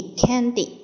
candy